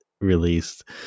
released